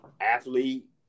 athlete